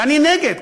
ואני נגד,